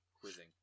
quizzing